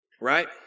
Right